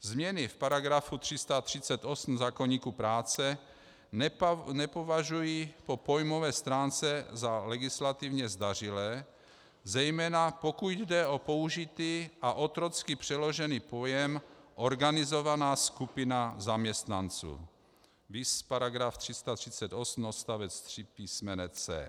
Změny v § 338 zákoníku práce nepovažuji po pojmové stránce za legislativně zdařilé, zejména pokud jde o použitý a otrocky přeložený pojem organizovaná skupina zaměstnanců, viz § 338 odst. 3 písm. c).